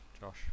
Josh